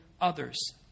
others